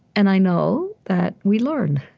and i know that we learn.